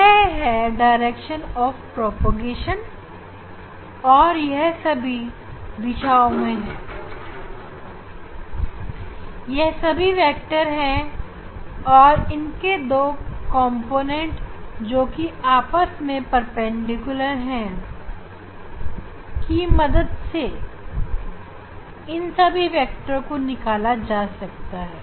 यह प्रकाश की गति की दिशा है और यह वेक्टर सभी दिशाओं में है जिन्हें दो कॉम्पोनेंटजोकि आपस में परपेंडिकुलर है की मदद से निकाला जा सकता है